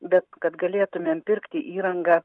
bet kad galėtumėm pirkti įrangą